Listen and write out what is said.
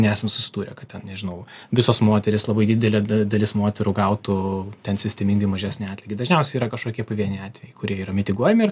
nesam susidūrę kad ten nežinau visos moterys labai didelė dalis moterų gautų ten sistemingai mažesnį atlygį dažniausiai yra kažkokie pavieniai atvejai kurie yra mitinguojami ir